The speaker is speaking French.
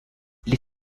les